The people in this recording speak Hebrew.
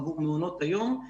עבור מעונות היום.